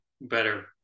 better